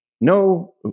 no